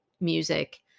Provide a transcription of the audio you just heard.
music